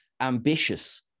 ambitious